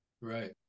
Right